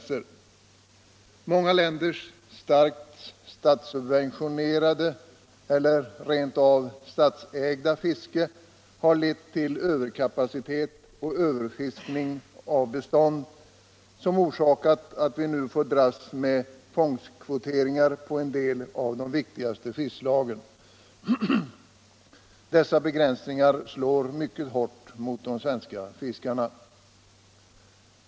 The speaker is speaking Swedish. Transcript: Det för Allmänpolitisk debatt Allmänpolitisk debatt hållandet att många länder har starkt statssubventionerat eller rent av statsägt fiske har lett till överkapacitet och överfiskning av bestånden, som orsakat alt vi nu får dras med tvångskvotering på en del av de viktigaste fiskslagen. Dessa begränsningar slår mycket hårt mot de svenska fiskarna.